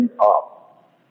up